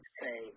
say